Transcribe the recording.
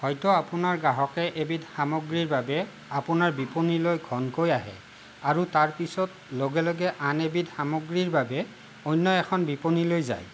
হয়টো আপোনাৰ গ্ৰাহকে এবিধ সামগ্ৰীৰ বাবে আপোনাৰ বিপনীলৈ ঘনকৈ আহে আৰু তাৰপিছত লগে লগে আন এবিধ সামগ্ৰীৰ বাবে অন্য এখন বিপনীলৈ যায়